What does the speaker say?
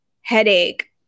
headache